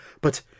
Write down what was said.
but